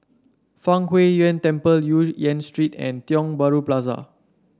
Fang Huo Yuan Temple Yu Yen Street and Tiong Bahru Plaza